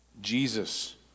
Jesus